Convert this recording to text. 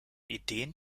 ideen